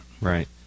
Right